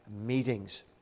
meetings